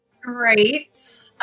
Great